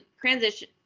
Transition